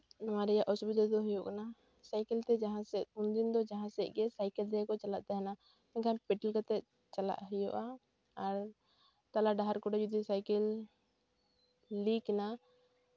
ᱱᱚᱣᱟ ᱨᱮᱭᱟᱜ ᱚᱥᱩᱵᱤᱫᱟ ᱫᱚ ᱦᱩᱭᱩᱜ ᱠᱟᱱᱟ ᱥᱟᱭᱠᱮᱞ ᱛᱮ ᱡᱟᱦᱟᱸ ᱥᱮᱡᱽ ᱩᱱᱫᱤᱱ ᱫᱚ ᱡᱟᱦᱟᱸ ᱥᱮᱡᱽ ᱜᱮ ᱥᱟᱭᱠᱮᱞ ᱛᱮᱜᱮ ᱠᱚ ᱪᱟᱞᱟᱜ ᱛᱟᱦᱮᱱᱟ ᱚᱱᱠᱟᱱ ᱯᱮᱴᱤ ᱠᱟᱛᱮ ᱪᱟᱞᱟᱜ ᱦᱩᱭᱩᱜᱼᱟ ᱟᱨ ᱴᱚᱞᱟ ᱰᱟᱦᱟᱨ ᱠᱚᱨᱮ ᱡᱩᱫᱤ ᱥᱟᱭᱠᱮᱞ ᱞᱤᱠᱱᱟ